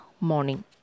morning